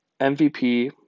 MVP